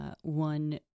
one